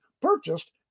purchased